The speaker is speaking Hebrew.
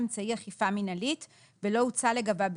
אמצעי אכיפה מינהלית ולא הוצא לגביו,